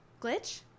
Glitch